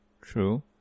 true